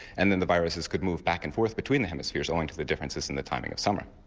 and then the viruses could move back and forth between the hemispheres owing to the differences in the timing of summer.